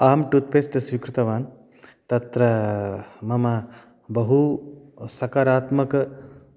अहं टुथ्पेस्ट् स्वीकृतवान् तत्र मम बहु सकारात्मक